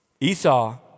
Esau